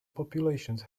populations